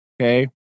Okay